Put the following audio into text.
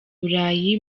burayi